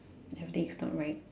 everything is not right